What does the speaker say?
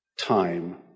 time